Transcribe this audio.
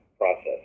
process